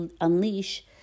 unleash